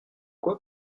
quoi